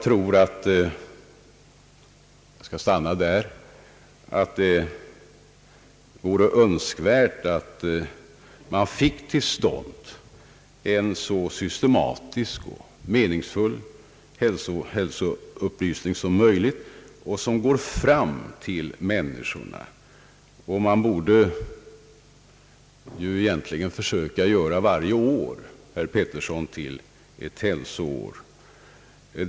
Det vore önskvärt om vi kunde få till stånd en så systematisk och meningsfull hälsoupplysning som möjligt, som går fram till människorna. Vi borde egentligen försöka göra varje år till ett hälsoår.